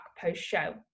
post-show